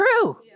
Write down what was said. true